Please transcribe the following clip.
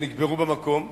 שנקברו במקום,